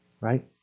right